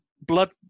Blood